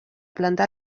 planta